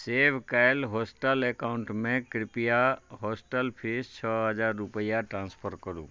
सेव कयल हॉस्टल अकाउंटमे कृप्या हॉस्टल फीस रूपैआ छओ हजार रुपैआ ट्रान्सफर करू